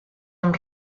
amb